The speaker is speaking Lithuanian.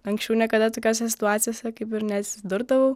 anksčiau niekada tokiose situacijose kaip ir neatsidurdavau